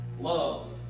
Love